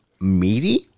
meaty